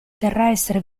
terrestre